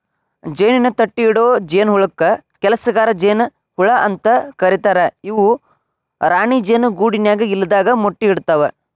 ಜೇನಿನ ತಟ್ಟಿಇಡೊ ಜೇನಹುಳಕ್ಕ ಕೆಲಸಗಾರ ಜೇನ ಹುಳ ಅಂತ ಕರೇತಾರ ಇವು ರಾಣಿ ಜೇನು ಗೂಡಿನ್ಯಾಗ ಇಲ್ಲದಾಗ ಮೊಟ್ಟಿ ಇಡ್ತವಾ